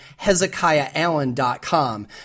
hezekiahallen.com